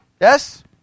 Yes